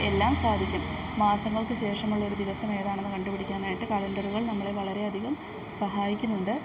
എല്ലാം സാധിക്കും മാസങ്ങൾക്ക് ശേഷമുള്ളൊരു ദിവസം ഏതാണെന്ന് കണ്ടുപിടിക്കാനായിട്ട് കലണ്ടറുകൾ നമ്മളെ വളരെയധികം സഹായിക്കുന്നുണ്ട്